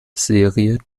serie